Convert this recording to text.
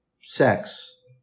sex